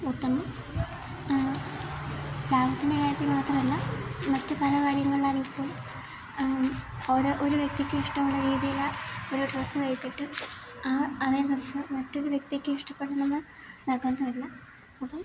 ഉത്തമം ലാഭത്തിൻ്റെ കാര്യത്തിൽ മാത്രല്ല മറ്റ് പല കാര്യങ്ങളിലാണെങ്കിൽ പോലും ഓരോ ഒരു വ്യക്തിക്ക് ഇഷ്ടമുള്ള രീതിയില് ഒരു ഡ്രസ്സ് തയിച്ചിട്ട് ആ അതേ ഡ്രസ്സ് മറ്റൊരു വ്യക്തിക്ക് ഇഷ്ടപ്പെടണം എന്ന് നിർബന്ധവില്ല അപ്പം